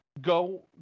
go